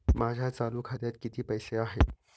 माझ्या चालू खात्यात किती पैसे आहेत?